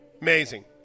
Amazing